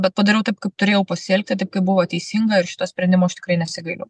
bet padariau taip kaip turėjau pasielgti taip kaip buvo teisinga ir šito sprendimo aš tikrai nesigailiu